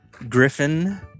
Griffin